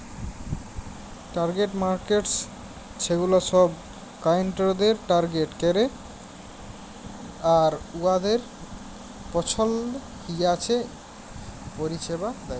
target markets ছেগুলা ছব ক্লায়েন্টদের টার্গেট ক্যরে আর উয়াদের পছল্দ হিঁছাবে পরিছেবা দেয়